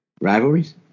Rivalries